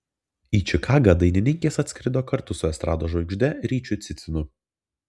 į čikagą dainininkės atskrido kartu su estrados žvaigžde ryčiu cicinu